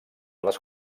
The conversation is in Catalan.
les